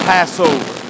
Passover